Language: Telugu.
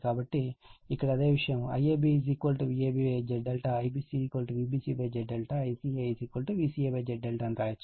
కాబట్టి ఇక్కడ అదే విషయం IABVABZ IBCVBCZ ICAVCAZ అని వ్రాయవచ్చు